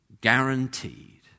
guaranteed